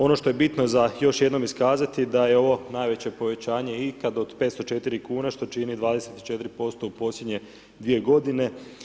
Ono što je bitno za još jednom iskazati da je ovo najveće povećanje ikad od 504 kune što čini 24% u posljednje 2 godine.